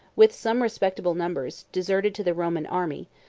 with some respectable members, deserted to the roman army,